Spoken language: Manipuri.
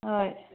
ꯍꯣꯏ